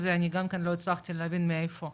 אני גם כן לא הצלחתי להבין מאיפה,